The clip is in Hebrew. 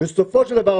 בסופו של דבר,